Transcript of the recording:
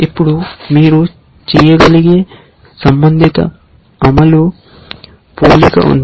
ఇప్పుడు మీరు చేయగలిగే సంబంధిత అమలు పోలిక ఉంది